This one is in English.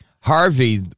Harvey